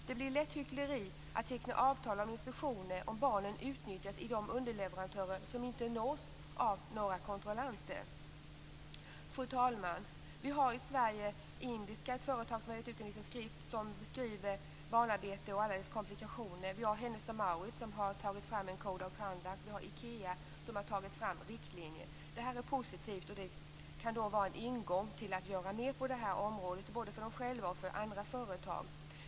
Det blir lätt hyckleri att teckna avtal om inspektioner om barnen utnyttjas av de underleverantörer som inte nås av några kontrollanter. Fru talman! Vi har i Sverige företaget Indiska som har gett ut en liten skrift som beskriver barnarbete och alla dess komplikationer. Vi har Hennes & Mauritz som har tagit fram en Code Of Conduct. Vi har Ikea som har tagit fram riktlinjer. Detta är positivt, och det kan vara en ingång till att göra mer på detta område, både för dem själva och för andra företag.